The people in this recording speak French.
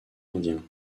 indien